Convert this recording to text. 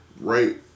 Right